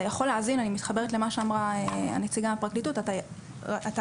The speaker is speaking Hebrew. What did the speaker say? אתה יכול להבין אני מתחברת למה שאמרה נציגת הפרקליטות הרשעות,